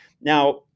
Now